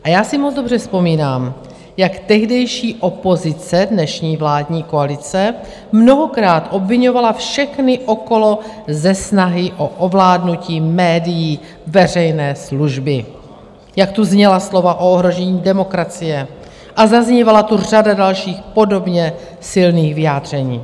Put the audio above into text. A já si moc dobře vzpomínám, jak tehdejší opozice, dnešní vládní koalice, mnohokrát obviňovala všechny okolo ze snahy o ovládnutí médií veřejné služby, jak tu zněla slova o ohrožení demokracie a zaznívala tu řada dalších podobně silných vyjádření.